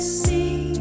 see